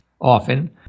often